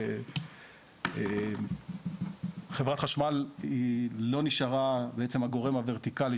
אני חושב שחברת חשמל לא נשארה הגורם הוורטיקאלי